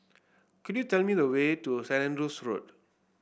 could you tell me the way to Saint Andrew's Road